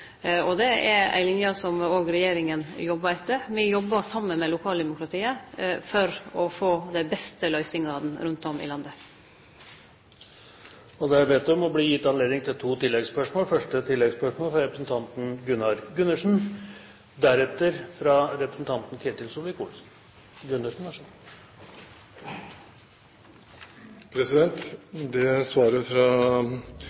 Det er ei linje som òg regjeringa jobbar etter. Me jobbar saman med lokaldemokratiet for å få dei beste løysingane rundt om i landet. Det blir gitt anledning til to oppfølgingsspørsmål – først Gunnar Gundersen. Svaret fra